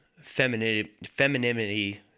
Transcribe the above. femininity—